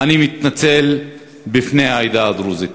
אני מתנצל בפני העדה הדרוזית.